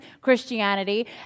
Christianity